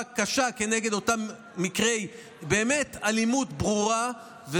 קשה כנגד אותם מקרי אלימות ברורה באמת,